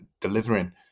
delivering